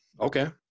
Okay